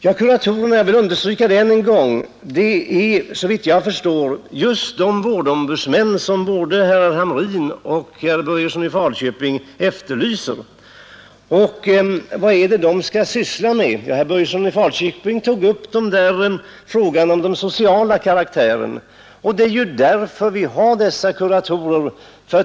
Jag vill understryka än en gång att kuratorerna såvitt jag förstår är just de vårdombudsmän som både herr Hamrin och herr Börjesson i Falköping efterlyser. Vad är det de skall syssla med? Herr Börjesson i Falköping tog upp frågan om de sociala problemen. Det är därför vi har dessa kuratorer.